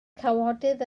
cawodydd